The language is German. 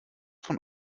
von